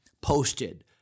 posted